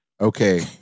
Okay